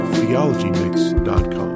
TheologyMix.com